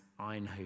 Eindhoven